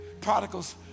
prodigals